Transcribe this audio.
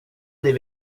det